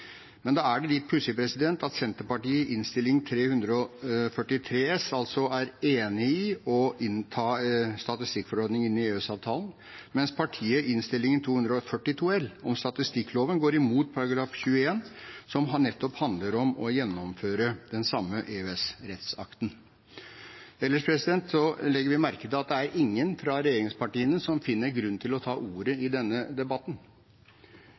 Da er det litt pussig at Senterpartiet i Innst. 343 S er enig i å ta statistikkforordningen inn i EØS-avtalen, mens partiet i Innst. 342 L om statistikkloven går imot § 21, som nettopp handler om å gjennomføre den samme EØS-rettsakten. Ellers legger vi merke til at ingen fra regjeringspartiene finner grunn til å ta ordet i denne debatten.